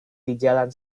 dijalan